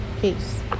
Peace